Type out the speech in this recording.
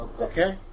Okay